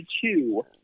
two